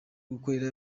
gukorera